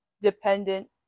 dependent